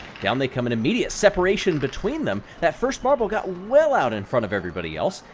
down they come and immediate separation between them. that first marble got well out in front of everybody else.